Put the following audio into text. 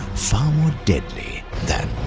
far more deadly than